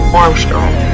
armstrong